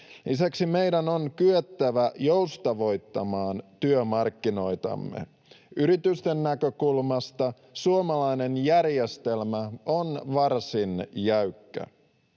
Lisäksi meidän on kyettävä joustavoittamaan työmarkkinoitamme. Yritysten näkökulmasta suomalainen järjestelmä on varsin jäykkä.